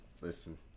listen